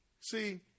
See